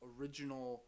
original